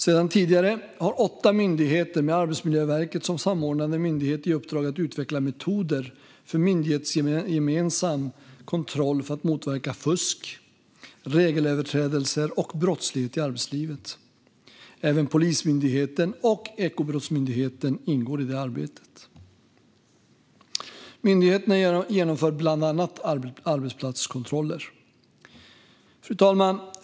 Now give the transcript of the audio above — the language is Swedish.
Sedan tidigare har åtta myndigheter med Arbetsmiljöverket som samordnande myndighet i uppdrag att utveckla metoder för myndighetsgemensam kontroll för att motverka fusk, regelöverträdelser och brottslighet i arbetslivet. Även Polismyndigheten och Ekobrottsmyndigheten ingår i arbetet. Myndigheterna genomför bland annat arbetsplatskontroller. Fru talman!